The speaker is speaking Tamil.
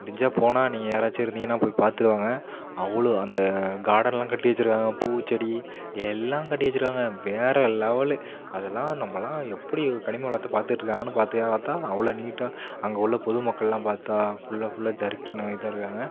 முடிஞ்சால் போனால் நீங்கள் யாராச்சும் இருந்திங்கன்னா போய் பார்த்துட்டு வாங்க அவ்வளோ அந்த கார்டன்லாம் கட்டி வச்சிருக்காங்க பூச்செடி எல்லாம் கட்டி வச்சிருக்காங்க வேற லெவலு அதெல்லாம் நம்மலாம் எப்படி ஒரு கனிம வளத்தை பார்த்துட்ருக்காங்கன்னு பார்த்தி பார்த்தா அவ்வளோ நீட்டா அங்கே உள்ள பொதுமக்கள்லாம் பார்த்தா ஃபுல்லாக ஃபுல்லாக ஜர்கினாகி தான் இருக்காங்க